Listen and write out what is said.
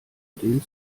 den